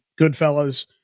Goodfellas